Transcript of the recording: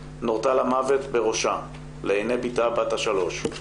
נורתה למוות בראשה לעיני בתה בת השלוש.